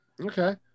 Okay